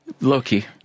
Low-key